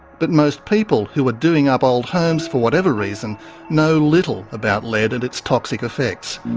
but most people who are doing up old homes for whatever reason know little about lead and its toxic effects.